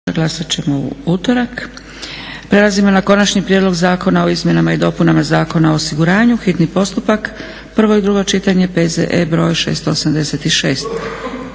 Dragica (SDP)** Prelazimo na - Konačni prijedlog zakona o izmjenama i dopunama Zakona o osiguranju, hitni postupak, prvo i drugo čitanje, P.Z. br. 686;